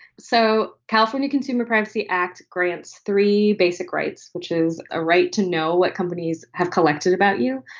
so california consumer privacy act grants three basic rights, which is a right to know what companies have collected about you,